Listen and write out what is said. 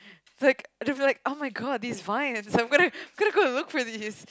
is like is like [oh]-my-god these vines I'm gonna gonna go and look for these